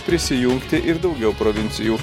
prisijungti ir daugiau provincijų